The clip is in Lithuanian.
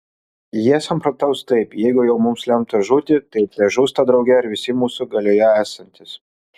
jie samprotaus taip jeigu jau mums lemta žūti tai težūsta drauge ir visi mūsų galioje esantys